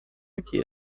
taki